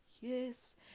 Yes